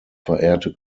verehrte